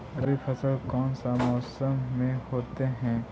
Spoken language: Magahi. रवि फसल कौन सा मौसम में होते हैं?